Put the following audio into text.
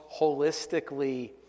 holistically